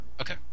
Okay